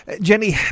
Jenny